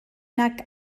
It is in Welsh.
nag